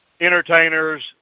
entertainers